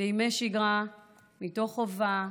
בימי שגרה מתוך חובה,